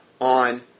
on